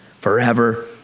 forever